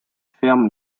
ferment